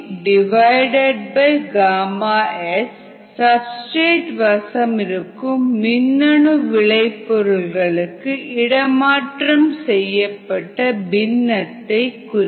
yp pΓsசப்ஸ்டிரேட் வசமிருக்கும் மின்னணு விளைபொருளுக்கு இடமாற்றம் செய்யப்பட்ட பின்னத்தை குறிக்கும்